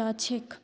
जाछेक